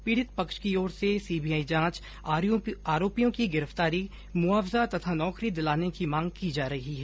पीड़ित पक्ष की ओर से सीबीआई जांच आरोपियों की गिरफ्तारी मुआवजा तथा नौकरी दिलाने की मांग की जा रही है